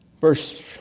Verse